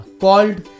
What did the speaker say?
called